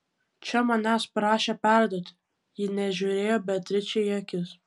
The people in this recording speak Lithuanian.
čia manęs prašė perduoti ji nežiūrėjo beatričei į akis